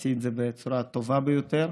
שתעשי את זה בצורה הטובה ביותר.